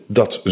dat